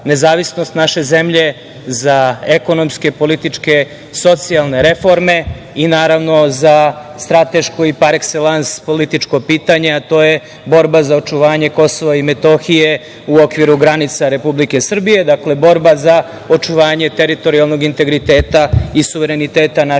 nezavisnost naše zemlje, za ekonomske, političke, socijalne reforme i naravno za strateško i par ekselans političko pitanje, a to je borba za očuvanje KiM u okviru granica Republike Srbije, dakle borba za očuvanje teritorijalnog integriteta i suvereniteta naše zemlje. Ja,